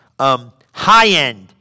high-end